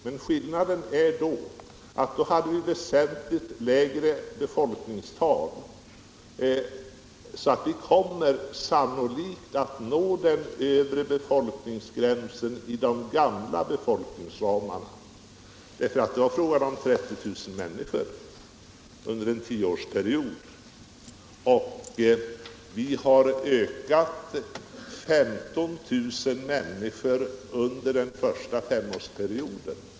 Men skillnaden är att vi då hade ett väsentligt lägre befolkningstal. Därför kommer vi sannolikt att nå den övre befolkningsgränsen med de gamla befolkningsramarna. Det var nämligen fråga om 30 000 människor under en tioårsperiod, medan befolkningen ökade med 15 000 människor under den första femårsperioden.